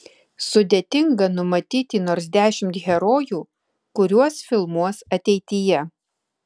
sudėtinga numatyti nors dešimt herojų kuriuos filmuos ateityje